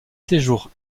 séjours